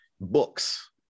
books